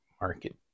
market